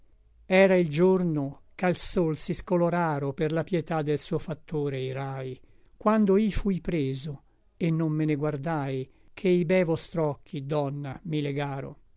era il giorno ch'al sol si scoloraro per la pietà del suo factore i rai quando i fui preso et non me ne guardai ché i be vostr'occhi donna mi legaro